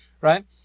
right